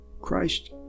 Christ